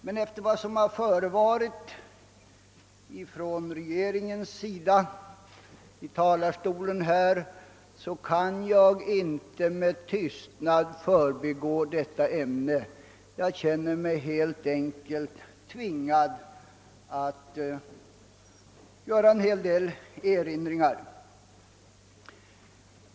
Men efter vad som har förevarit ifrån regeringens sida här i talarstolen kan jag inte med tystnad förbigå detta ämne utan känner mig helt enkelt tvingad att göra vissa erinringar.